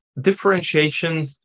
differentiation